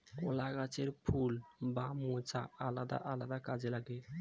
কলা গাছের ফুল বা মোচা আলাদা আলাদা কাজে লাগে